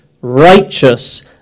righteous